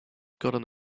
gotten